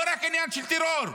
לא רק עניין של טרור,